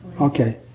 Okay